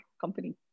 company